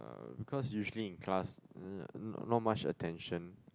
uh because usually in class uh not not much attention